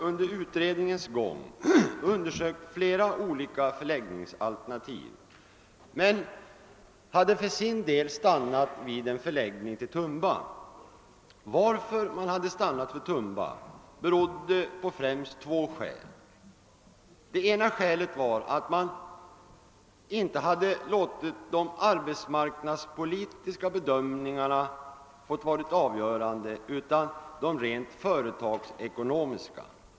Under utredningens gång hade flera olika förläggningsalternativ undersökts, men statskontoret hade av bland annat två skäl stannat vid en förläggning till Tumba. Det ena skälet var att man inte hade låtit de arbetsmarknadspolitiska utan de rent företagsekonomiska bedömningarna vara avgörande.